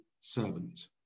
servant